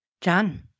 John